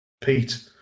Pete